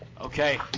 Okay